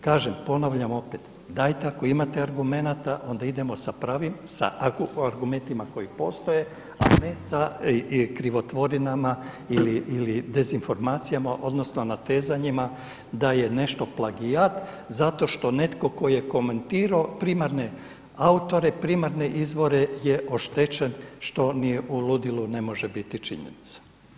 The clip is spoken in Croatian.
Kažem, ponavljam opet dajte ako imate argumenata onda idemo sa pravim argumentima koji postoje a ne sa krivotvorinama ili dezinformacijama odnosno natezanjima da je nešto plagijat zato što netko tko je komentirao primarne autore, primarne izvore je oštećen što ni u ludilu ne može biti činjenica.